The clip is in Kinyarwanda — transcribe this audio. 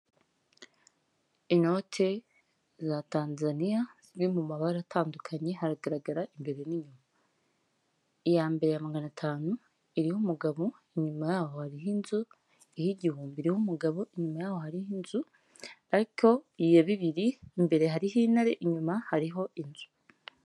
Inote za Tanzania zimwe mu mabara atandukanye haragaragara imbere n'inyuma. Iya mbere magana atanu iriho umugabo inyuma yaho hariho inzu iy'igihumbi iriho umugabo inyuma yaho hari inzu ariko iya bibiri imbere hariho intare inyuma hariho inzu.